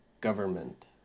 government